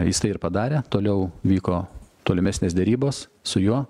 jis tai ir padarė toliau vyko tolimesnės derybos su juo